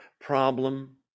problem